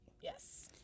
Yes